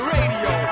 Radio